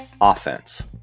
offense